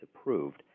approved